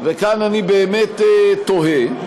וכאן אני באמת תוהה,